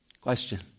Question